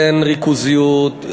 אין ריכוזיות,